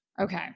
Okay